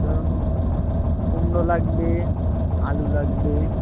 ধরুন কুমড়ো লাগবে আলু লাগবে